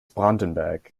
brandenburg